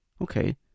okay